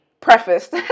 prefaced